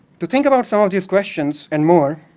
to think about some of these questions and more,